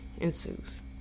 ensues